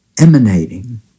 emanating